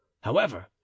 However